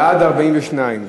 בעד, 42,